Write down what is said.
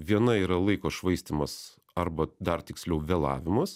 viena yra laiko švaistymas arba dar tiksliau vėlavimas